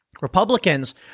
Republicans